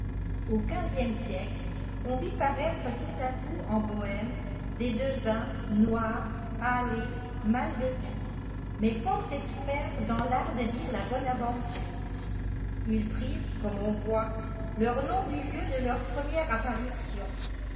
au quinzième siècle on vit parattre tout à coup efn jbohéhie des devins noirs hâlés mal vêtus niais fort experts âalhërdrt de dire la bonne aventure r ils prirent comme on voit leur nom du feu dfe îeîif prètefîèi apparition